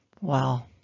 Wow